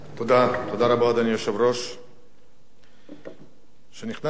אדוני היושב-ראש, תודה רבה, כשנכנסתי לאולם